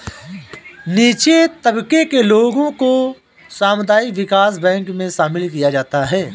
नीचे तबके के लोगों को सामुदायिक विकास बैंकों मे शामिल किया जाता है